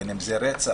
בין אם זה רצח,